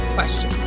question